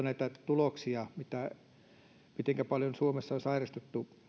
näitä tuloksia mitenkä paljon suomessa on sairastuttu